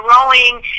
growing